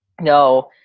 no